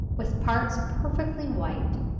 with parts perfectly white,